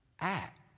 act